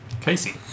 Casey